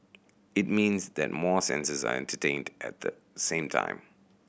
it means that more senses are entertained at the same time